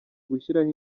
gushyiramo